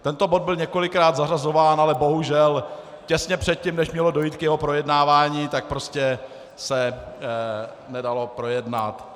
Tento bod byl několikrát zařazován, ale bohužel, těsně před tím, než mělo dojít k jeho projednávání, tak prostě se nedalo projednat.